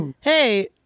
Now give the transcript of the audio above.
Hey